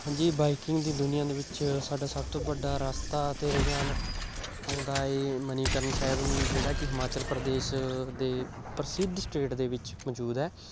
ਹਾਂਜੀ ਬਾਈਕਿੰਗ ਦੀ ਦੁਨੀਆ ਦੇ ਵਿੱਚ ਸਾਡਾ ਸਭ ਤੋਂ ਵੱਡਾ ਰਸਤਾ ਅਤੇ ਰੁਝਾਨ ਆਉਂਦਾ ਹੈ ਮਨੀਕਰਨ ਸਾਹਿਬ ਨੂੰ ਜਿਹੜਾ ਕਿ ਹਿਮਾਚਲ ਪ੍ਰਦੇਸ਼ ਦੇ ਪ੍ਰਸਿੱਧ ਸਟੇਟ ਦੇ ਵਿੱਚ ਮੌਜੂਦ ਹੈ